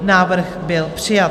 Návrh byl přijat.